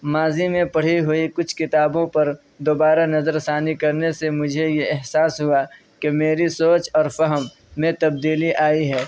ماضی میں پڑھی ہوئی کچھ کتابوں پر دوبارہ نظر ثانی کرنے سے مجھے یہ احساس ہوا کہ میری سوچ اور فہم میں تبدیلی آئی ہے